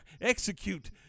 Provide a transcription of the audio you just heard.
Execute